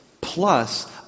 plus